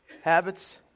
Habits